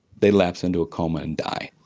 they lapse into a coma and die.